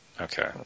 Okay